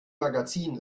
magazin